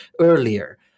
earlier